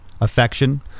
affection